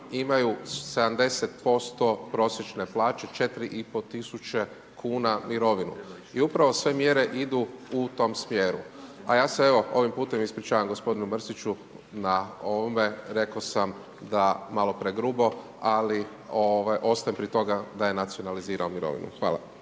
imaju 70% prosječne plaće, 4500 kuna mirovinu. I upravo sve mjere idu u tom smjeru. A ja se evo ovim putem ispričavam gospodinu Mrsiću na ovome, rekao sam malo pregrubo ali ostajem pri tome da je nacionalizirao mirovinu. Hvala.